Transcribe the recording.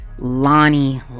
lonnie